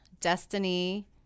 destiny